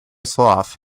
sloth